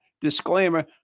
disclaimer